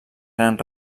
gran